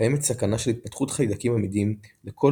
קיימת סכנה של התפתחות חיידקים עמידים לכל